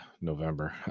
November